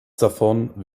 davon